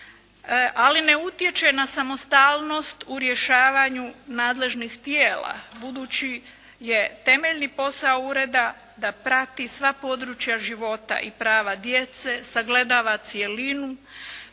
ali ne utječe na samostalnost u rješavanju nadležnih tijela budući je temeljni posao ureda da prati sva područja života i prava djece, sagledava cjelinu,